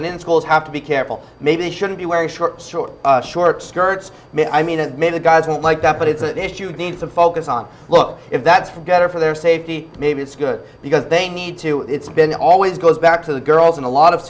and in schools have to be careful maybe they shouldn't be wearing short short short skirts i mean it made the guys won't like that but it's an issue that needs to focus on well if that's for get or for their safety maybe it's good because they need to it's been always goes back to the girls in a lot of